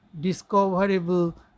discoverable